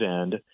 end